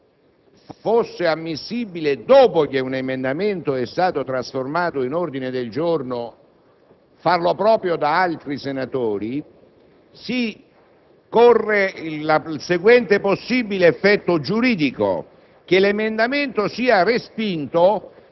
qual è il motivo per il quale, in caso di trasformazione di un emendamento in ordine del giorno, non si deve applicare o può ritenersi che non si applichi quella norma regolamentare? Se non si dà una risposta a tale quesito, non se ne esce. A mio avviso,